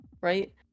right